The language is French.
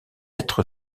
être